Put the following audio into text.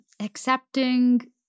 accepting